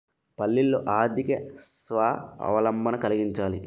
పల్లెల్లో ఆర్థిక స్వావలంబన కలిగించగలగాలి